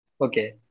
Okay